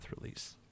release